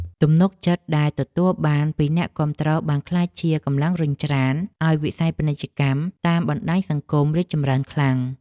ទំនុកចិត្តដែលទទួលបានពីអ្នកគាំទ្របានក្លាយជាកម្លាំងរុញច្រានឱ្យវិស័យពាណិជ្ជកម្មតាមបណ្តាញសង្គមរីកចម្រើនខ្លាំង។